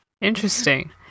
Interesting